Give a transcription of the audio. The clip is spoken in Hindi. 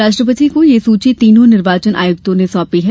राष्ट्रपति को यह सूची तीनों निर्वाचन आयक्तों ने साँपी है